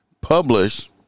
publish